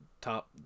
top